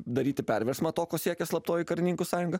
daryti perversmą to ko siekia slaptoji karininkų sąjunga